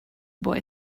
boy